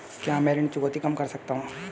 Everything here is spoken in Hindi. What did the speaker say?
क्या मैं ऋण चुकौती कम कर सकता हूँ?